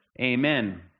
Amen